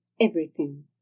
everything